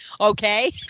Okay